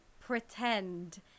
pretend